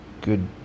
good